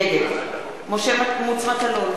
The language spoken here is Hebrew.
נגד משה מטלון,